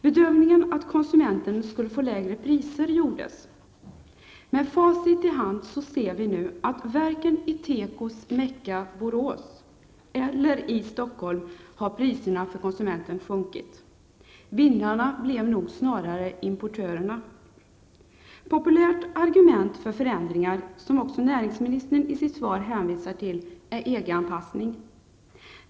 Bedömningen att konsumenten skulle få lägre priser gjordes. Med facit i hand ser vi nu att varken i tekos Mecka Borås eller i Stockholm har priserna för konsumenten sjunkit. Vinnarna blev nog snarare importörerna. Populärt argument för förändringar, som också näringsministern i sitt svar hänvisar till, är EG anpassningen.